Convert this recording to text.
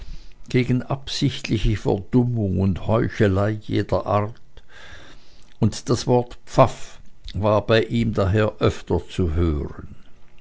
gegen absichtliche verdummung und heuchelei jeder art und das wort pfaff war bei ihm daher öfter zu hören